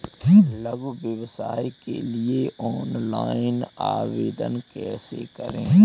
लघु व्यवसाय के लिए ऑनलाइन ऋण आवेदन कैसे करें?